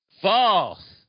False